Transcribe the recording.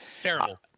terrible